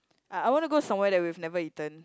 uh I wanna go somewhere that we've never eaten